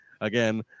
again